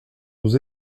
aux